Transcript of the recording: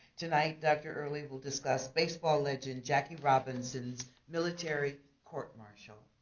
tonight dr. early will discuss baseball legend jackie robinson's military court-martial.